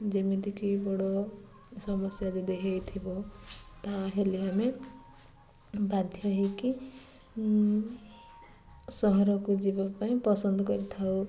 ଯେମିତିକି ବଡ଼ ସମସ୍ୟା ଯଦି ହେଇଥିବ ତାହେଲେ ଆମେ ବାଧ୍ୟ ହେଇକି ସହରକୁ ଯିବା ପାଇଁ ପସନ୍ଦ କରିଥାଉ